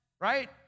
right